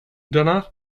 danach